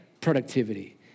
productivity